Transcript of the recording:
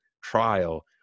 trial